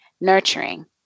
nurturing